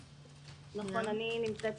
נכון, אני נמצאת